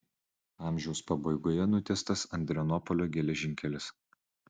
amžiaus pabaigoje nutiestas adrianopolio geležinkelis